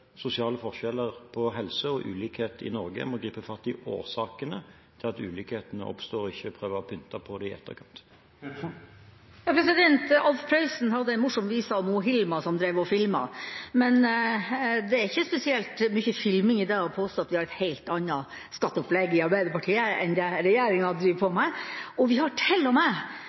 sosiale forskjeller innen helse i Norge. Vi må gripe fatt i årsakene til at ulikhetene oppstår, ikke prøve å pynte på det i etterkant. Alf Prøysen hadde en morsom vise om Hilma som drev og filma, men det er ikke spesielt mye filming i dag å påstå at vi har et helt annet skatteopplegg i Arbeiderpartiet enn det regjeringen driver på med. Vi har til og med penger som vi har